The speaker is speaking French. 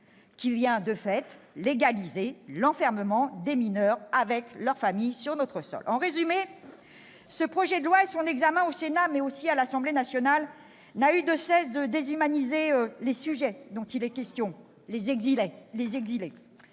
qui légalise de fait l'enfermement des mineurs avec leur famille sur notre sol. En résumé, ce projet de loi et son examen au Sénat, mais aussi à l'Assemblée nationale, n'ont eu de cesse de déshumaniser le sujet dont il est question, ...